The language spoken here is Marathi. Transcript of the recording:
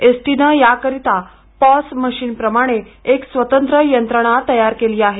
एसटीनं याकरता पॉस मशीन प्रमाणे एक स्वतंत्र यंत्रणा तयार केली आहे